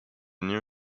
new